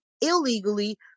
illegally